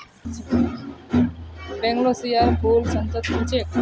बोगनवेलियार फूल बसंतत खिल छेक